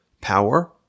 power